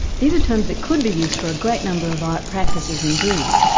these are terms that could be used for a great number of art practices indeed,